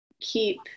Keep